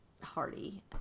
hardy